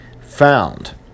found